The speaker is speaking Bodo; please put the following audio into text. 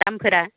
दामफोरा